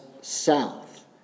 south